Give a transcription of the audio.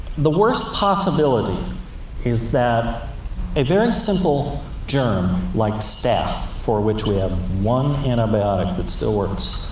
the worst possibility is that a very simple germ, like staph, for which we have one antibiotic that still works,